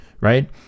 right